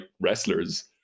wrestlers